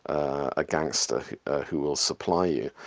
a gangster who will supply you.